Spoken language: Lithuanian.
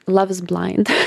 love is blind